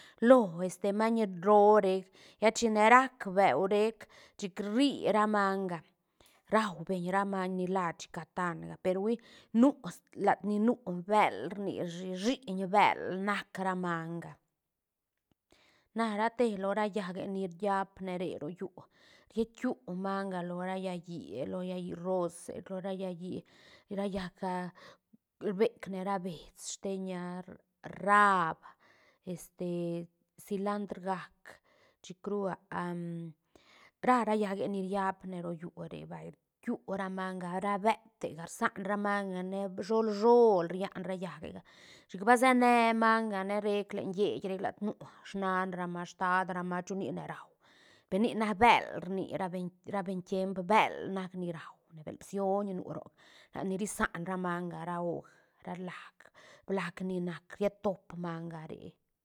Lo este maiñ roo rec lla chine rac beu rec chic rri ra manga, rau beñ ra maiñ nila chicatán ga per hui nu latní nu bël rnishi shiiñ bël nac ra manga, na rate lo ra llaäc que ni riapne re rollü rquiu manga lo ra llaä híe lo llaä híe rose lo ra llaä hí ra llaäc rbec ne ra bees steiñ ra- raab este silandr gac chic ru rá ra llaäge ni riapne ro llü re vay rquiu ra manga ra betega rsan ra mangane shol- shol rian ra llaä gega chic va sene mangane rec len lleit lad nu snan ra ma stad ra ma chunine rau pe ni nac bël rni ra beñ-ra beñ tiemp bël nac ni raune bël bsioñ nu roc lat ni risan ra manga ra oj ra blaj- blaj ni nac ried top manga re.